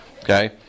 Okay